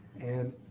and,